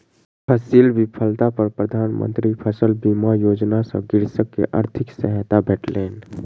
फसील विफलता पर प्रधान मंत्री फसल बीमा योजना सॅ कृषक के आर्थिक सहायता भेटलै